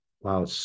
wow